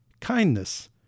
kindness